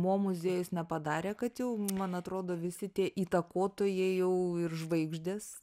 mo muziejus nepadarė kad jau man atrodo visi tie įtakotojai jau ir žvaigždės